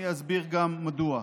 אסביר מדוע.